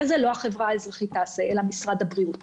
הזה לא החברה האזרחית תעשה אלא משרד הבריאות.